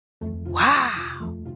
wow